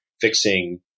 fixing